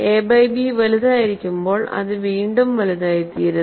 A by B വലുതായിരിക്കുമ്പോൾ ഇത് വീണ്ടും വലുതായിത്തീരുന്നു